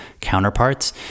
counterparts